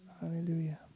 Hallelujah